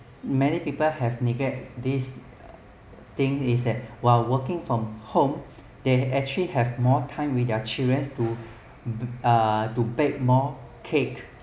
have neglected these thing is that while working from home they actually have more time with their children to uh to bake more cake